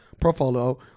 portfolio